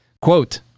Quote